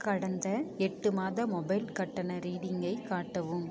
கடந்த எட்டு மாத மொபைல் கட்டண ரீடிங்கை காட்டவும்